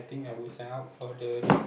think I would sign up for the dating